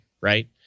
right